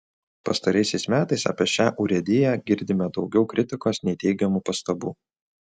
pastaraisiais metais apie šią urėdiją girdime daugiau kritikos nei teigiamų pastabų